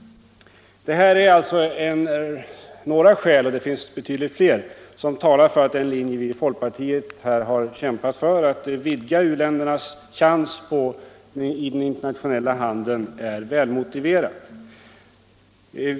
Detta är alltså några skäl — det finns betydligt fler — som talar för att den linje vi i folkpartiet har kämpat för, att vidga u-ländernas chans i den internationella handeln, varit välmotiverad.